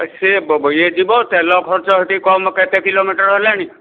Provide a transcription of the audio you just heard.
ସେ ଏ ଯିବ ତେଲ ଖର୍ଚ୍ଚ ସେଠି କମ୍ କେତେ କିଲୋମିଟର ହେଲାଣି